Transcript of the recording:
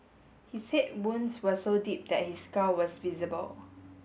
he said wounds were so deep that his skull was visible